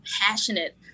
passionate